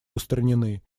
устранены